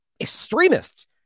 extremists